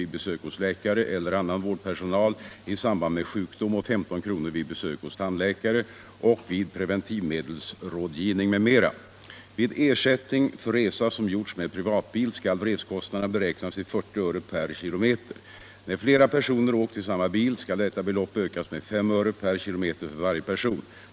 vid besök hos läkare eller annan vårdpersonal i samband med sjukdom och 15 kr. vid besök hos tandläkare och vid preventivmedelsrådgivning m.m. Vid ersättning för resa som gjorts med privatbil skall resekostnaden beräknas till 40 öre per kilometer. När flera personer åkt i samma bil skall detta belopp ökas med 5 öre per kilometer för varje person.